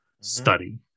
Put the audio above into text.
study